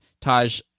Taj